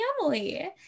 family